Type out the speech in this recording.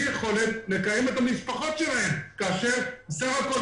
יכולת לקיים את המשפחות שלהם כאשר החטא היחיד שלהם